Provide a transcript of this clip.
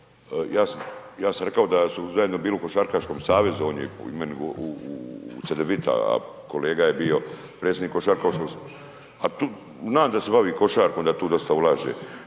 Ja sam rekao da su zajedno bili u Košarkaškom savezu, on je u Cedevita, kolega je bio predsjednik košarkaškog, znam se bavi košarkom, da tu dosta ulaže,